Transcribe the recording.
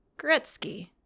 Gretzky